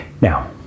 Now